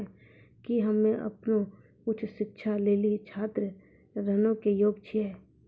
कि हम्मे अपनो उच्च शिक्षा लेली छात्र ऋणो के योग्य छियै?